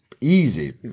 easy